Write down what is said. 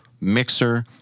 mixer